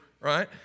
right